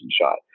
shot